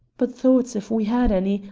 but thoughts, if we had any,